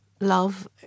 love